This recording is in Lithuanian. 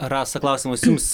rasa klausimus jums